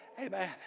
Amen